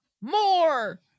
more